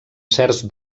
certs